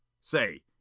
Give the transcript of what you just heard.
Say